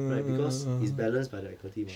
right because it's balanced by the equity mah